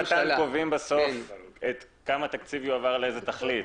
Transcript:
קובעים בסוף כמה תקציב יועבר לאיזו תכלית.